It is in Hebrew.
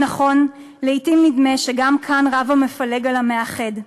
ונכון, לעתים נדמה שגם כאן רב המפלג על המאחד,